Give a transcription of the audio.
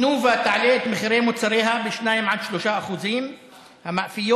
תנובה תעלה את מחירי מוצריה ב-2% 3%; המאפיות